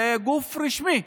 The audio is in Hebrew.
זה גוף רשמי.